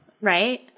Right